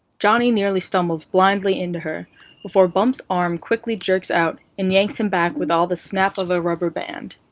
johnny nearly stumbles blindly into her before bump's arm quickly jerks out, and yanks him back with all the snap of a rubber band.